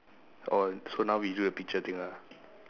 oh so now we do the picture thing ah